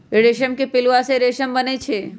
रेशम के पिलुआ से रेशम बनै छै